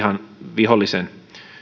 vihollisen